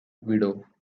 widow